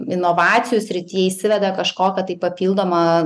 inovacijų srity įsiveda kažkokią tai papildomą